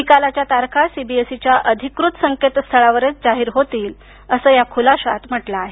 निकालाच्या तारखा सीबीएसईच्या अधिकृत संकेत स्थळावरच जाहीर होतील असं या खुलाशात म्हटलं आहे